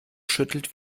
schüttelt